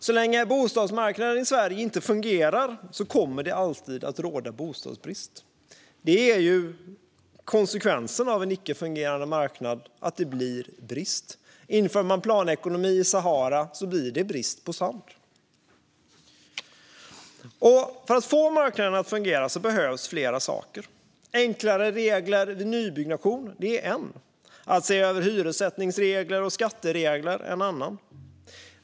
Så länge bostadsmarknaden i Sverige inte fungerar kommer det alltid att råda bostadsbrist. Det är konsekvensen av en icke-fungerande marknad att det blir brist. Inför man planekonomi i Sahara blir det brist på sand. För att få marknaden att fungera behövs flera saker. Enklare regler vid nybyggnation är en. Att se över hyressättningsregler och skatteregler är en annan.